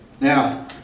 Now